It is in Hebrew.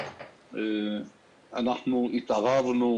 אנחנו התערבנו